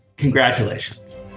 congratulations!